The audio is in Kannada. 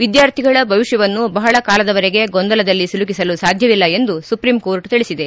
ವಿದ್ಯಾರ್ಥಿಗಳ ಭವಿಷ್ಠವನ್ನು ಬಹಳ ಕಾಲದವರೆಗೆ ಗೊಂದಲದಲ್ಲಿ ಸಿಲುಕಿಸಲು ಸಾಧ್ಯವಿಲ್ಲ ಎಂದು ಸುಪ್ರೀಂಕೋರ್ಟ್ ತಿಳಿಸಿದೆ